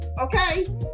okay